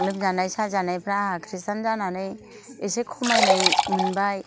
लोमजानाय साजानायफ्रा आंहा कृस्टान जानानै एसे खमायनाय मोनबाय